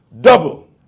double